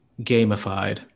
gamified